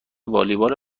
والیبال